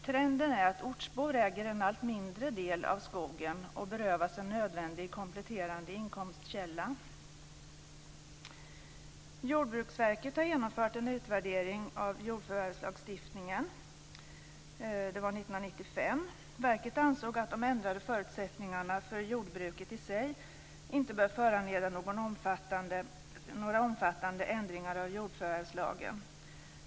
Trenden är att ortsbor äger en allt mindre del av skogen och berövas en nödvändig kompletterande inkomstkälla. Jordbruksverket har genomfört en utvärdering av jordförvärvslagstiftningen år 1995. Verket ansåg att de ändrade förutsättningarna för jordbruket i sig inte bör föranleda några omfattande ändringar av jordförvärvslagen.